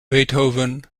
beethoven